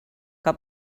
que